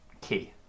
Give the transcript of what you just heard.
Key